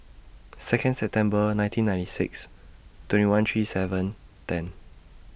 Second September nineteen ninety six twenty one three seven ten